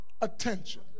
attention